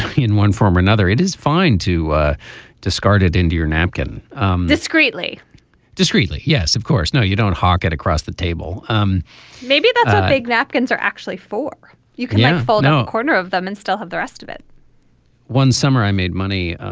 in one form or another it is fine to ah discard it into your napkin um discreetly discreetly. yes of course. no you don't hock it across the table um maybe that's the big napkins are actually for you know a corner of them and still have the rest of it one summer i made money.